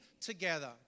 together